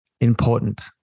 important